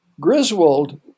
Griswold